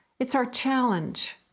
it's our challenge.